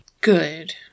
Good